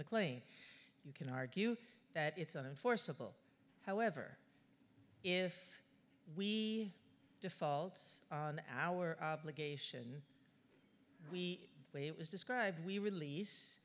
mclean you can argue that it's an enforceable however if we default on our obligation we say it was described we release